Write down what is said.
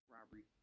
Robbery